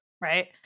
right